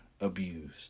abused